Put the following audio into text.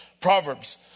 Proverbs